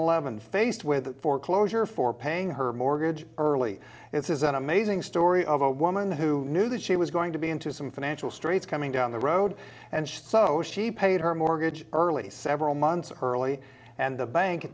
eleven faced with foreclosure for paying her mortgage early it is an amazing story of a woman who knew that she was going to be into some financial straits coming down the road and so she paid her mortgage early several months early and the bank